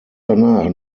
danach